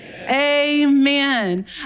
Amen